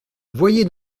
voyez